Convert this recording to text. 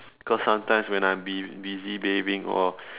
because sometimes when I'm be busy bathing all